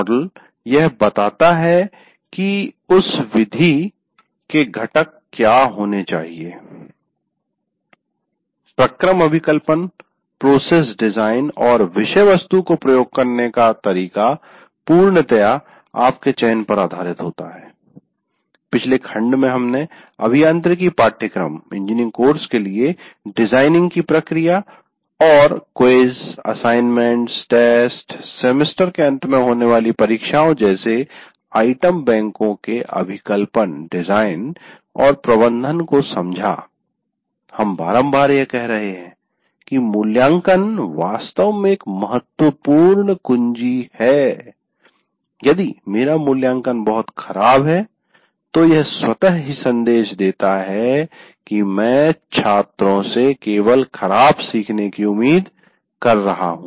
model यह बताता है की उस विधि के घटक क्या होने चाहिए प्रक्रम अभिकल्पन और विषयवस्तु को प्रयोग करने का तरीका पूर्णतया आपके चयन पर आधारित होता है पिछले खंड में हमने अभियांत्रिकी पाठ्यक्रम के लिए डिजाइनिंग की प्रक्रिया और क्विज असाइनमेंट्स टेस्ट सेमेस्टर के अंत में होने वाली परीक्षाओं जैसे आइटम बैंको के अभिकल्पन डिजाईन और प्रबंधन को समझा हम बारम्बार यह कह रहे है कि मूल्याङ्कन वास्तव में एक महत्त्वपूर्ण कुंजी है यदि मेरा मूल्यांकन बहुत खराब है तो यह स्वतः ही सन्देश देता ही की मैं छात्रों से केवल खराब सीखने की उम्मीद कर रहा हूं